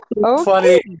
Funny